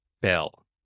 Bell